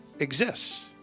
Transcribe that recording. exists